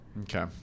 Okay